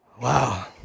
Wow